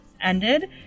ended